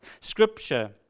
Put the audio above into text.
Scripture